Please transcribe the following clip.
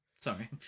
Sorry